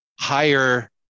higher